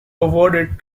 awarded